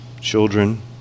children